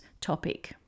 topic